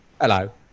Hello